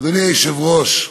אדוני היושב-ראש,